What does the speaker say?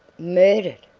murdered!